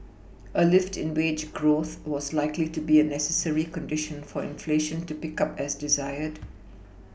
a lift in wage growth was likely to be a necessary condition for inflation to pick up as desired